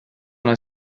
una